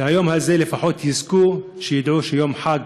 שביום הזה לפחות יזכו וידעו שיום חג.